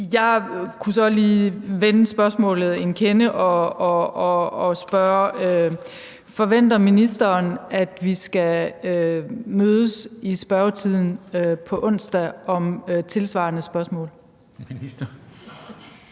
Jeg kunne så lige vende spørgsmålet en kende og spørge: Forventer ministeren, at vi skal mødes i spørgetiden på onsdag om tilsvarende spørgsmål?